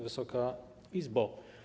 Wysoka Izbo!